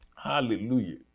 Hallelujah